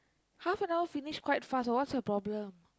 half an hour finish quite fast what's your problem